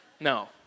No